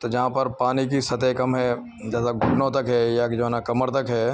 تو جہاں پر پانی کی سطح کم ہے جیسے گھٹنوں تک ہے یا جو ہے نا کمر تک ہے